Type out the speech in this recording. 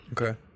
Okay